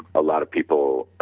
a lot of people